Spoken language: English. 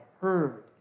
heard